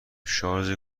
شارژ